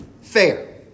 fair